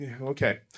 Okay